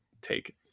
take